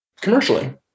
commercially